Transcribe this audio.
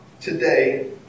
Today